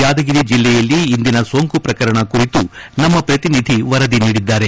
ಯಾದಗಿರಿ ಜೆಲ್ಲೆಯಲ್ಲಿ ಇಂದಿನ ಸೋಂಕು ಪ್ರಕರಣ ಕುರಿತು ನಮ್ಮ ಪ್ರತಿನಿಧಿ ವರದಿ ನೀಡಿದ್ದಾರೆ